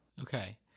Okay